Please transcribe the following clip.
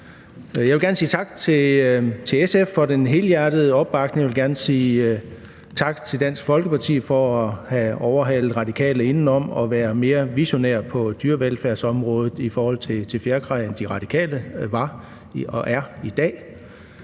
Jeg vil gerne sige tak til SF for den helhjertede opbakning, og jeg vil gerne sige tak til Dansk Folkeparti for at have overhalet Radikale indenom og være mere visionær på dyrevelfærdsområdet i forhold til fjerkræ, end Radikale var og er i dag.